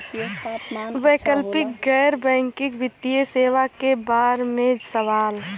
वैकल्पिक गैर बैकिंग वित्तीय सेवा के बार में सवाल?